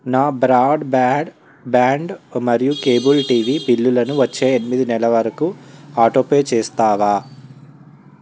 నా broad bad band మరియు cable TV బిల్లులను వచ్చే ఎనిమిది నెల వరకు ఆటో పే చేస్తావా